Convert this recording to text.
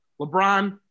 LeBron